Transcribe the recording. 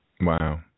Wow